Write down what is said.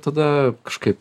tada kažkaip